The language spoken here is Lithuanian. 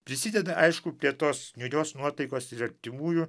prisideda aišku prie tos niūrios nuotaikos ir artimųjų